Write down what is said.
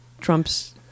Trump's